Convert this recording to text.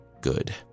Good